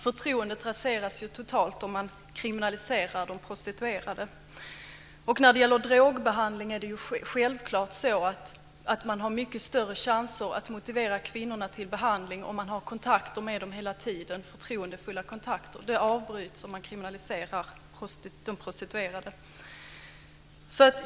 Förtroendet raseras total om man kriminaliserar de prostituerade. När det gäller drogbehandling är det självklart att man har mycket större chanser att motivera kvinnorna om man har kontakter med dem hela tiden - kontakter baserade på förtroende. Det avbryts om man kriminaliserar de prostituerade.